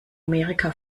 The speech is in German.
amerika